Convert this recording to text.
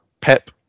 Pep